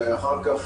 ואני מניח שאחר כך